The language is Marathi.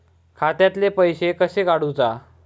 खात्यातले पैसे कशे काडूचा?